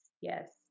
Yes